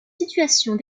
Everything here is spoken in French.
situations